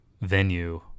venue